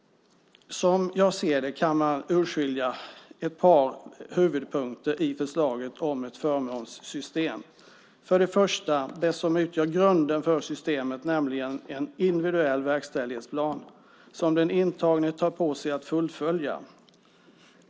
Som jag ser det kan man urskilja ett par huvudpunkter i förslaget om ett förmånssystem. För det första är det som utgör grunden för systemet en individuell verkställighetsplan som den intagne tar på sig att fullfölja.